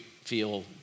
feel